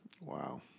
Wow